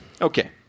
Okay